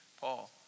Paul